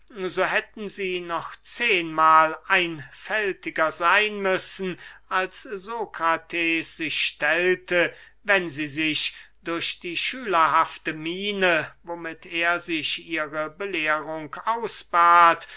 so hätten sie noch zehnmahl einfältiger seyn müssen als sokrates sich stellte wenn sie sich durch die schülerhafte miene womit er sich ihre belehrung ausbat